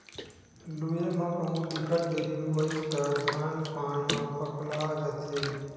लूए म कहु बिकट देरी होइस त धान पान ह पकला जाथे